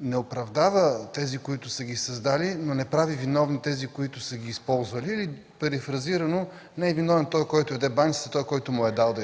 не оправдава тези, които са ги създали, но не прави виновни тези, които са ги използвали, или перифразирано не е виновен този, който яде баницата, а този, който му я е дал.